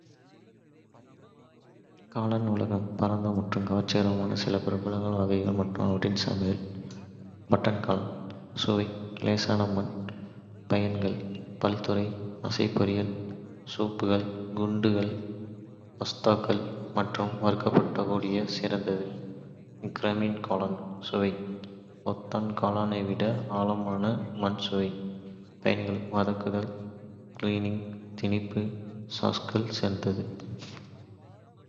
காளான்களின் உலகம் பரந்த மற்றும் கவர்ச்சிகரமானது! சில பிரபலமான வகைகள் மற்றும் அவற்றின் சமையல் பயன்பாடுகள் இங்கே. பட்டன் காளான்கள். சுவை லேசான, மண். பயன்கள் பல்துறை! அசை-பொரியல், சூப்கள், குண்டுகள், பாஸ்தாக்கள் மற்றும் வறுக்கப்பட்ட கூட சிறந்தது. க்ரெமினி காளான்கள். சுவை பொத்தான் காளான்களை விட ஆழமான, மண் சுவை. பயன்கள்: வதக்குதல், கிரில்லிங், திணிப்பு, சாஸ்கள் சேர்த்தல்.